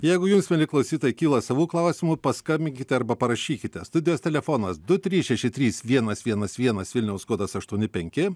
jeigu jums mieli klausytojai kyla savų klausimų paskambinkite arba parašykite studijos telefonas du trys šeši trys vienas vienas vienas vilniaus kodas aštuoni penki